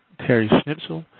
terry schnitzel,